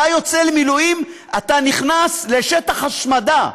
אתה יוצא למילואים, אתה נכנס לשטח השמדה: